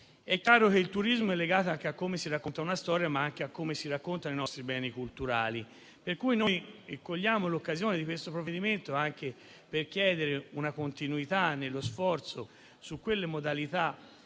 È chiaro che il turismo è legato a come si racconta una storia, ma anche a come si raccontano i nostri beni culturali, per cui cogliamo l'occasione di questo provvedimento anche per chiedere continuità nello sforzo sulle nuove modalità